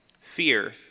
Fear